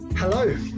Hello